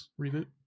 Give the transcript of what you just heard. reboot